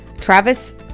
travis